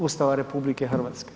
Ustava RH.